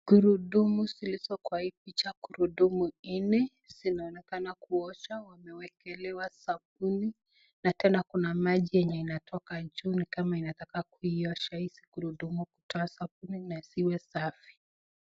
Gurudumu zilizo kwa hii picha, gurudumu nne zinaonekana kuoshwa, wamewekelewa sabuni na tena kuna maji yenye inatoka juu ni kama inataka kuiosha hizi gurudumu kutoa sabuni na ziwe safi.